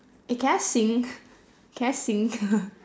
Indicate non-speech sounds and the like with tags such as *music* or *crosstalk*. eh can I sing can I sing *noise*